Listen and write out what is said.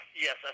yes